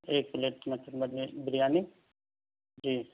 ایک plate mutton biryani جی